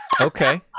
Okay